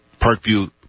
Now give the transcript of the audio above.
Parkview